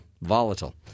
volatile